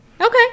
Okay